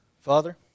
Father